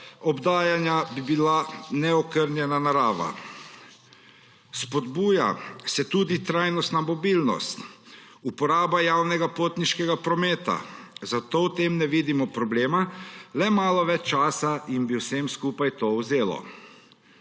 obdajala bi jih neokrnjena narava. Spodbuja se tudi trajnostna mobilnost, uporaba javnega potniškega prometa, zato v tem ne vidimo problema, le malo več časa bi jim vsem skupaj to vzelo.